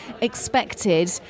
expected